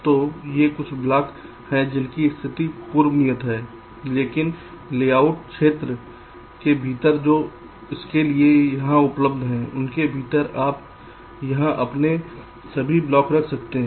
तो ये कुछ ब्लॉक हैं जिनकी स्थिति पूर्व नियत है लेकिन लेआउट क्षेत्र के भीतर जो इसके लिए यहां उपलब्ध है उसके भीतर आप यहां अपने सभी ब्लॉक रख सकते हैं